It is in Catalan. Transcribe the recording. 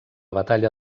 batalla